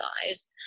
size